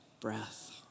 breath